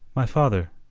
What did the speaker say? my father,